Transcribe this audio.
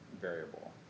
variable